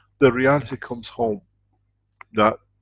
the reality comes home that.